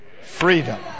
freedom